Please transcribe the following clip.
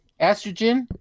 Estrogen